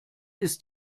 ist